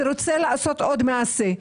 ורוצה לעשות עוד מעשה.